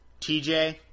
TJ